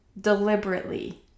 deliberately